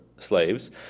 Slaves